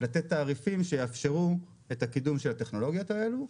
לתת תעריפים שיאפשרו את הקידום של הטכנולוגיות האלה.